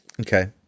okay